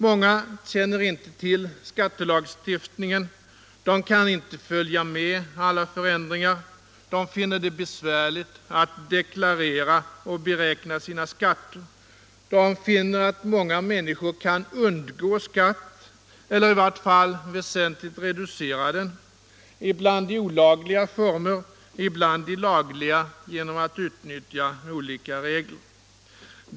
Många känner inte till skattelagstiftningen, de kan inte följa med i alla förändringar, de finner det besvärligt att deklarera och beräkna sina skatter och de finner att många människor kan undgå skatt eller i vart fall väsentligt reducera den — ibland i olagliga former, ibland i lagliga — genom att utnyttja olika regler.